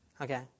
okay